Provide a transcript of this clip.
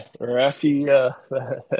Rafi